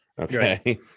Okay